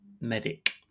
MEDIC